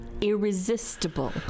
Irresistible